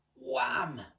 wham